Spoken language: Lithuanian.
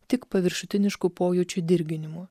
tik paviršutinišku pojūčių dirginimu